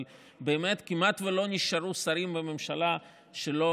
אבל באמת כמעט שלא נשארו שרים בממשלה שלא